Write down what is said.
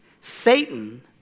Satan